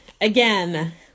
again